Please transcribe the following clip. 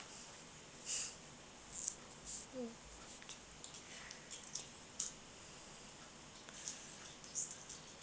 mm